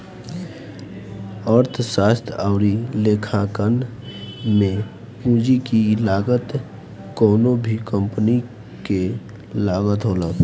अर्थशास्त्र अउरी लेखांकन में पूंजी की लागत कवनो भी कंपनी के लागत होला